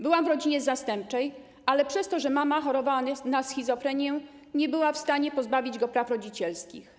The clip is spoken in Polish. Byłam w rodzinie zastępczej, ale przez to, że mama chorowała na schizofrenię, nie była w stanie pozbawić go praw rodzicielskich.